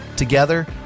Together